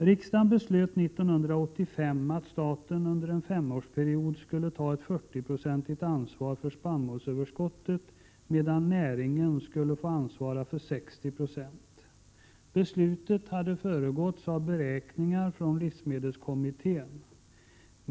Riksdagen beslöt 1985 att staten under en femårsperiod skulle ta ett 40-procentigt ansvar för spannmålsöverskottet medan näringen skulle ansvara för 60 96. Beslutet hade föregåtts av beräkningar av livsmedelskommittén.